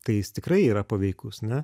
tai jis tikrai yra paveikus ne